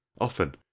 Often